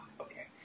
okay